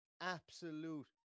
Absolute